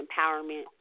empowerment